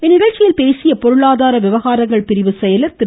இந்நிகழ்ச்சியில் பேசிய பொருளாதார விவாகாரங்கள் பிரிவு செயலர் திரு